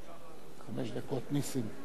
ביקשת שלוש, יש לך חמש, אבל לא יותר.